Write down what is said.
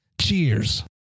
Cheers